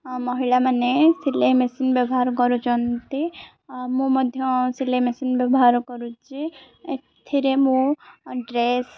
ମହିଳାମାନେ ସିଲେଇ ମେସିନ୍ ବ୍ୟବହାର କରୁଛନ୍ତି ମୁଁ ମଧ୍ୟ ସିଲେଇ ମେସିନ୍ ବ୍ୟବହାର କରୁଛି ଏଥିରେ ମୁଁ ଡ୍ରେସ୍